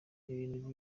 ibintu